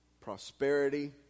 prosperity